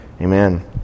Amen